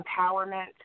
empowerment